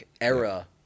era